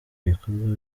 ibikorwa